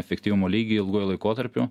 efektyvumo lygį ilguoju laikotarpiu